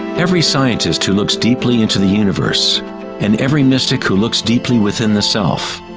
every scientist who looks deeply into the universe and every mystic who looks deeply within the self,